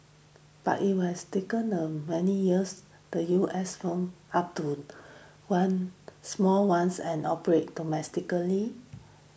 but it was taken a many years the U S firm up to won small ones and operate domestically